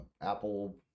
apple